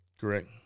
Correct